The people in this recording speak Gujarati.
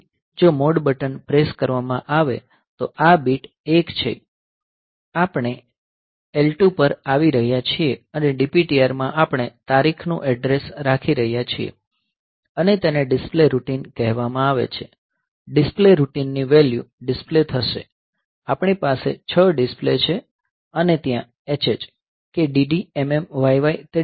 તેથી જો મોડ બટન પ્રેસ કરવામાં આવે તો આ બીટ 1 છે આપણે L2 પર આવી રહ્યા છીએ અને DPTR માં આપણે તારીખ નું એડ્રેસ રાખી રહ્યા છીએ અને તેને ડિસ્પ્લે રૂટિન કહેવામાં આવે છે ડિસ્પ્લે રૂટિનની વેલ્યુ ડીસ્પ્લે થશે આપણી પાસે 6 ડિસ્પ્લે છે અને ત્યાં hh કે dd mm yy તે ડીસ્પ્લે થશે